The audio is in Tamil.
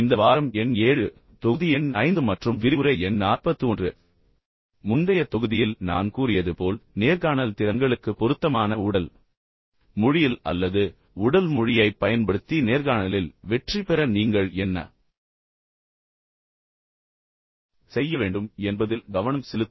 இந்த வாரம் எண் 7 தொகுதி எண் 5 மற்றும் விரிவுரை எண் 41 முந்தைய தொகுதியில் நான் கூறியது போல் நேர்காணல் திறன்களுக்கு பொருத்தமான உடல் மொழியில் அல்லது உடல் மொழியைப் பயன்படுத்தி நேர்காணலில் வெற்றிபெற நீங்கள் என்ன செய்ய வேண்டும் என்பதில் கவனம் செலுத்துவோம்